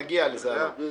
נגיע לזה, אלון.